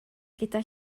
gyda